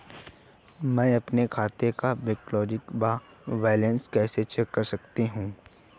मैं अपने खाते का क्लोजिंग बैंक बैलेंस कैसे चेक कर सकता हूँ?